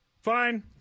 Fine